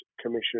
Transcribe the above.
Commission